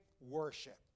worship